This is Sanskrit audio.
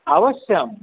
अवश्यं